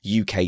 UK